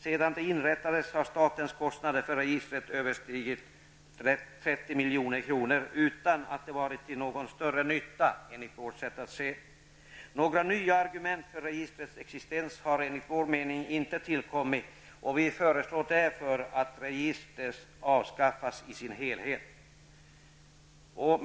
Sedan det inrättades har statens kostnader för registret överstigit 30 milj.kr., utan att det varit till någon större nytta. Några nya argument för registrets existens har enligt vår mening inte tillkommit. Vi föreslår därför att registret i sin helhet avskaffas.